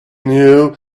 knew